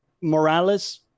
Morales